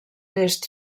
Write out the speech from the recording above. test